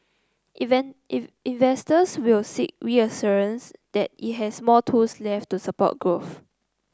investors will seek reassurances that it has more tools left to support growth